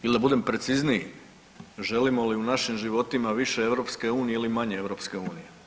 Ili da budem precizniji želimo li u našim životima više EU ili manje EU?